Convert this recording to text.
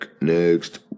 next